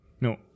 No